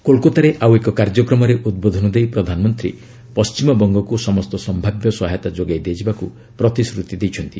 କୋଲ୍କାତାରେ ଆଉ ଏକ କାର୍ଯ୍ୟକ୍ରମରେ ଉଦ୍ବୋଧନ ଦେଇ ପ୍ରଧାନମନ୍ତ୍ରୀ ପଣ୍ଟିମବଙ୍ଗକୁ ସମସ୍ତ ସମ୍ଭାବ୍ୟ ସହାୟତା ଯୋଗାଇ ଦିଆଯିବାକୁ ପ୍ରତିଶ୍ରତି ଦେଇଛନ୍ତି